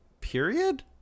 period